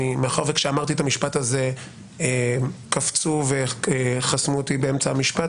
מאחר וכשאמרתי את המשפט הזה קפצו וחסמו אותי באמצע המשפט,